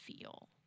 feel